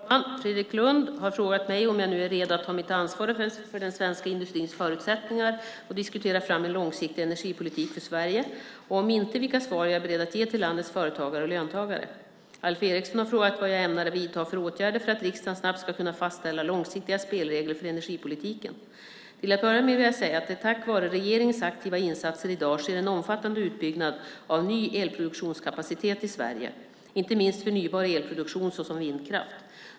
Fru talman! Fredrik Lundh har frågat mig om jag nu är redo att ta mitt ansvar för den svenska industrins förutsättningar och diskutera fram en långsiktig energipolitik för Sverige och om inte, vilka svar jag är beredd att ge till landets företagare och löntagare. Alf Eriksson har frågat vad jag ämnar vidta för åtgärder för att riksdagen snabbt ska kunna fastställa långsiktiga spelregler för energipolitiken. Till att börja vill jag säga att det tack vare regeringens aktiva insatser i dag sker en omfattande utbyggnad av ny elproduktionskapacitet i Sverige, inte minst förnybar elproduktion såsom vindkraft.